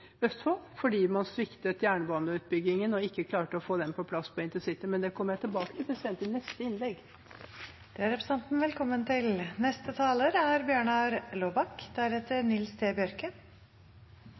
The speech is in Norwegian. Østfold fordi man sviktet jernbaneutbyggingen og ikke klarte å få den på plass for intercity, men det kommer jeg tilbake til i neste innlegg. Det er representanten velkommen til.